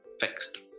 fixed